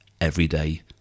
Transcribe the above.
everyday